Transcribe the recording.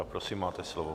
Prosím, máte slovo.